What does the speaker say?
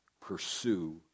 pursue